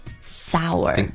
sour